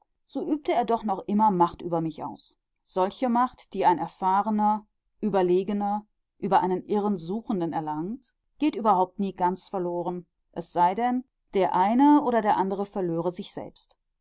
so übte er doch noch immer macht über mich aus solche macht die ein erfahrener überlegener über einen irrend suchenden erlangt geht überhaupt nie ganz verloren es sei denn der eine oder der andere verlöre sich selbst